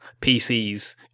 PCs